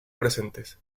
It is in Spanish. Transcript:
presentes